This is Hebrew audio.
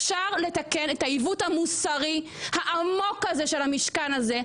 אפשר לתקן את העיוות המוסרי העמוק הזה של המשכן הזה.